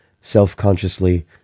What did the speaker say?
self-consciously